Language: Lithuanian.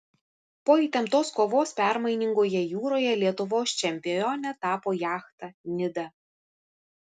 po įtemptos kovos permainingoje jūroje lietuvos čempione tapo jachta nida